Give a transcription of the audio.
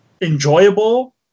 enjoyable